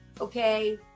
Okay